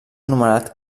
anomenat